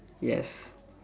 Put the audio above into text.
yes